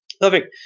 perfect